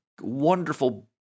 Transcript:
wonderful